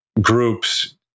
groups